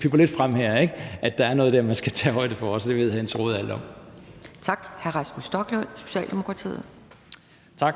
pipper lidt frem her, altså at der er noget der, man også skal tage højde for. Det ved hr. Jens Rohde alt om.